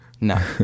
no